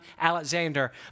Alexander